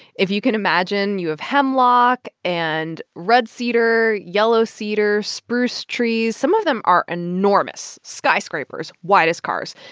if you can imagine, you have hemlock and red cedar, yellow cedar, spruce trees. some of them are enormous skyscrapers, wide as cars.